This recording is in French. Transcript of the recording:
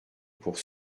pour